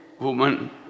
woman